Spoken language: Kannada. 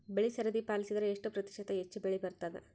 ಬೆಳಿ ಸರದಿ ಪಾಲಸಿದರ ಎಷ್ಟ ಪ್ರತಿಶತ ಹೆಚ್ಚ ಬೆಳಿ ಬರತದ?